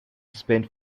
spent